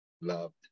loved